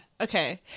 Okay